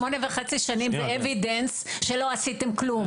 שמונה שנים וחצי של evidence שלא עשיתם כלום.